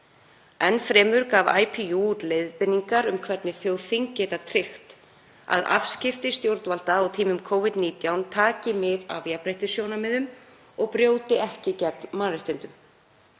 Enn fremur gaf IPU út leiðbeiningar um hvernig þjóðþing geta tryggt að afskipti stjórnvalda á tímum Covid-19 taki mið af jafnréttissjónarmiðum og brjóti ekki gegn mannréttindum.